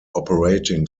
operating